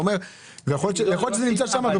יכול להיות שזה כבר נמצא שם.